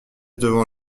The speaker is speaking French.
devant